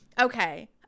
Okay